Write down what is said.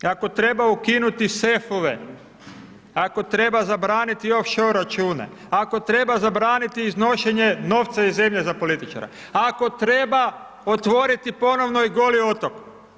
Ako treba ukinuti sefove, ako treba zabraniti offshore račune, ako treba zabraniti iznošenje novca iz zemlje za političara, ako treba otvoriti ponovno i Goli otok.